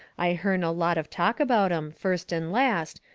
i hearn a lot of talk about em, first and last,